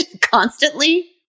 constantly